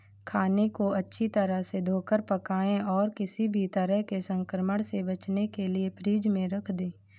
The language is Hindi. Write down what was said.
खाने को अच्छी तरह से धोकर पकाएं और किसी भी तरह के संक्रमण से बचने के लिए फ्रिज में रख दें